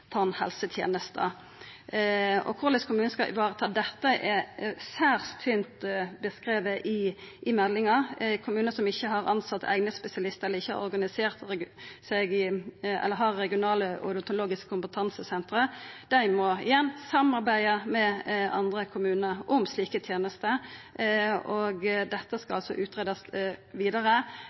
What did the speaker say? og korleis kommunen skal vareta dette er særs tynt beskrive i meldinga. Kommunar som ikkje har tilsett eigne spesialistar, eller som ikkje har regionale odontologiske kompetansesentre, må igjen samarbeida med andre kommunar om slike tenester, og dette skal altså utgreiast vidare.